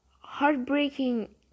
heartbreaking